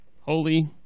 holy